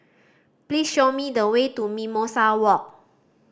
please show me the way to Mimosa Walk